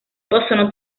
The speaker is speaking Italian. possono